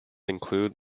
include